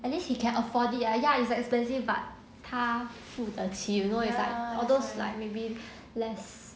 at least he can afford it ya it's like expensive but 他付得起 you know it's like all those like maybe less